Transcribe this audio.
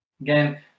Again